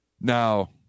Now